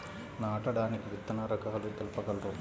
నాటడానికి విత్తన రకాలు తెలుపగలరు?